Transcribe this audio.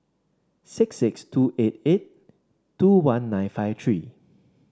six six two eight eight two one nine five three